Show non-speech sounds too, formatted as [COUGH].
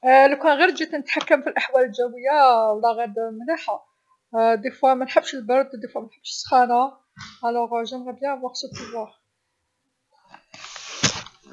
[HESITATION] لوكان غير جيت نتحكم في الأحوال الجوية [HESITATION] والله غير مليحة. [HESITATION] دي فوا منحبش البرد، ديفوا منحبش السخانة. الوغ جيمغي بيان افواغ سو بوفواغ.